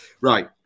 Right